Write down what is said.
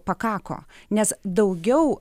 pakako nes daugiau